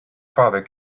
father